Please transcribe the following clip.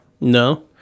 No